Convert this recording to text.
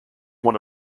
one